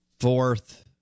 fourth